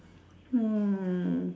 mm